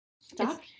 Stop